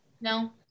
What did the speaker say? No